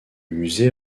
musée